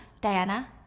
Diana